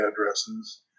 addresses